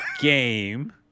game